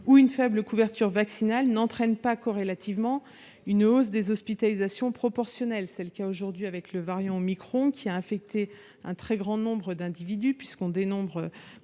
ou une faible couverture vaccinale n'entraîne pas une hausse des hospitalisations proportionnelle. C'est le cas aujourd'hui avec le variant omicron, qui a infecté un très grand nombre d'individus- on dénombre